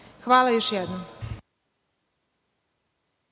Hvala još jednom.